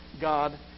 God